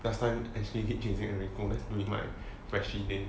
last time actually keep chasing enrico during my freshie days